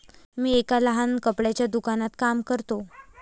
मी एका लहान कपड्याच्या दुकानात काम करतो